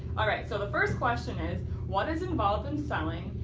alright, so the first question is what is involved in selling,